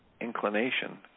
inclination